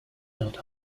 not